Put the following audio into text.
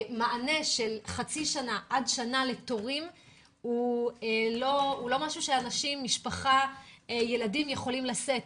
מענה של חצי שנה עד שנה לתורים הוא לא משהו שמשפחה וילדים יכולים לשאת.